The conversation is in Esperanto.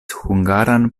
hungaran